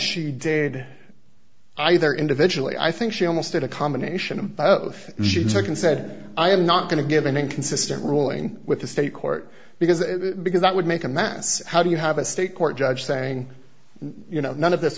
she did either individually i think she almost did a combination of both she took and said i am not going to give an inconsistent ruling with the state court because because that would make a mass how do you have a state court judge saying you know none of this